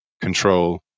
control